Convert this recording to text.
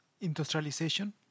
industrialization